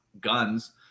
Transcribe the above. guns